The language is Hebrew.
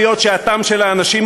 אריאל.